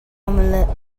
omelette